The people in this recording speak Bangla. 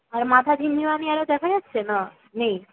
আর মাথা ঝিমঝিমানি আরে দেখা যাচ্ছে না নেই